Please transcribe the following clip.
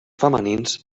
femenins